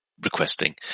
requesting